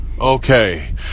Okay